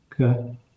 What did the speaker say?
Okay